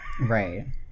right